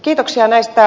kiitoksia näistä